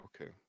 okay